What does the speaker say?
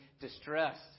distressed